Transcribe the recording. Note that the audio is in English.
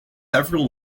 several